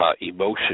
emotion